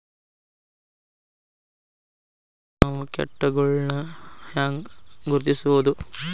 ನಾವ್ ಕೇಟಗೊಳ್ನ ಹ್ಯಾಂಗ್ ಗುರುತಿಸೋದು?